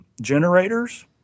generators